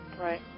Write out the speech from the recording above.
Right